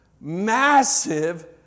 massive